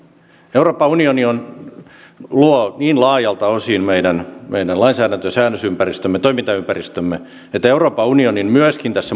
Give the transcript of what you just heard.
euroopan unioni luo niin laajoilta osin meidän säännösympäristömme toimintaympäristömme että myöskin euroopan unionin pitää tässä